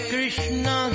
Krishna